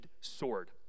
sword